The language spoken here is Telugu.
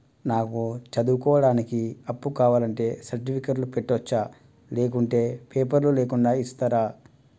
నాకు చదువుకోవడానికి అప్పు కావాలంటే సర్టిఫికెట్లు పెట్టొచ్చా లేకుంటే పేపర్లు లేకుండా ఇస్తరా?